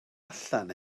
allan